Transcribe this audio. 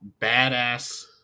badass